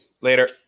Later